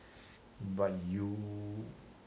but you